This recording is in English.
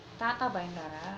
தாத்தா பயந்தாரா:thaatha bayanthaara